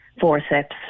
forceps